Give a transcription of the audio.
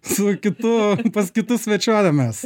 su kitu pas kitus svečiuojamės